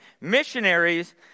Missionaries